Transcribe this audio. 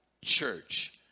church